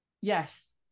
yes